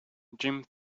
jim